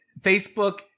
Facebook